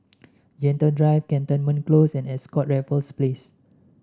Gentle Drive Cantonment Close and Ascott Raffles Place